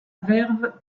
verve